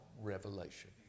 revelation